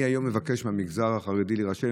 אני מבקש היום מהמגזר החרדי להירשם,